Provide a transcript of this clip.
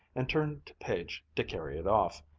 and turned to page to carry it off,